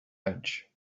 edge